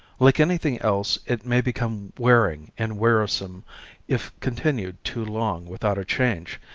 like anything else it may become wearing and wearisome if continued too long without a change,